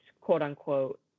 quote-unquote